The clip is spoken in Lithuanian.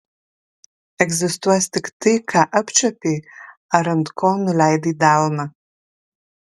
egzistuos tik tai ką apčiuopei ar ant ko nuleidai delną